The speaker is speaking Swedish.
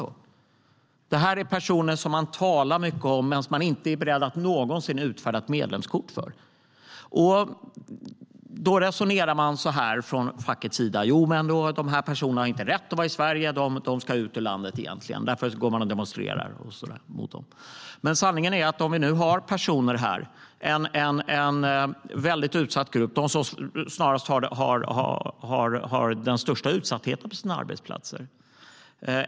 Det här handlar om personer som man talar mycket om, men man är inte någonsin beredd att utfärda ett medlemskort för dem. Då resonerar facket så här: De här personerna har inte rätt att vara i Sverige. De ska ut ur landet. Sedan går man och demonstrerar. Sanningen är att det nu finns personer här som har den största utsattheten på sina arbetsplatser.